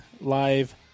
live